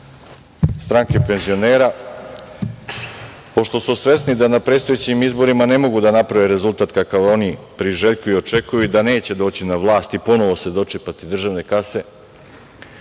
stranke penzionera. Pošto su svesni da na predstojećim izborima ne mogu da naprave rezultat kakav oni priželjkuju i očekuju i da neće doći na vlast i ponovo se dočepati državne kase,